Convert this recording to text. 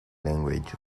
language